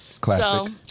Classic